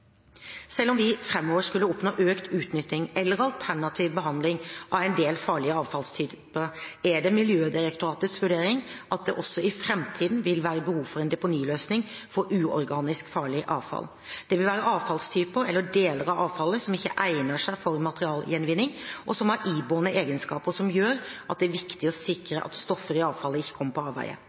Selv om vi framover skulle oppnå økt utnytting eller alternativ behandling av en del farlige avfallstyper, er Miljødirektoratets vurdering at det også i framtiden vil være behov for en deponiløsning for uorganisk farlig avfall. Det vil være avfallstyper, eller deler av avfallet, som ikke egner seg for materialgjenvinning, og som har iboende egenskaper som gjør at det er viktig å sikre at stoffer i avfallet ikke kommer på avveier.